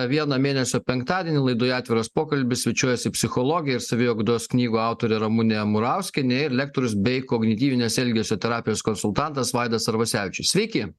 vieną mėnesio penktadienį laidoje atviras pokalbis svečiuojasi psichologė ir saviugdos knygų autorė ramunė murauskienė ir lektorius bei kognityvinės elgesio terapijos konsultantas vaidas arvasevičius sveiki